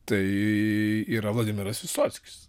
tai yra vladimiras vysockis